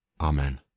Amen